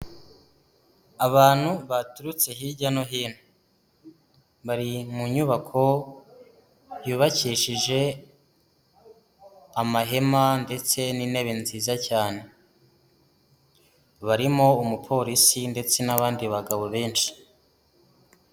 Abantu baturutse hirya no hino bari mu nyubako yubakishije amahema ndetse n'intebe nziza cyane, barimo umupolisi ndetse n'abandi bagabo benshi.